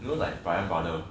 you know like brian brother